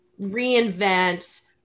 reinvent